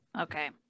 Okay